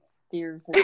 steers